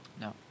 No